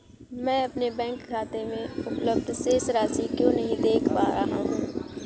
मैं अपने बैंक खाते में उपलब्ध शेष राशि क्यो नहीं देख पा रहा हूँ?